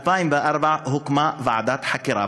ב-2004 הוקמה ועדת חקירה,